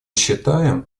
считаем